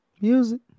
Music